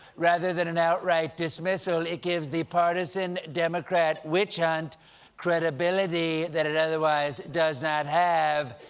rather than an outright dismissal, it gives the partisan democrat witch hunt credibility that it otherwise does not have.